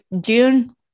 June